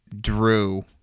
drew